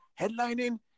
headlining